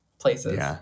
places